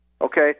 Okay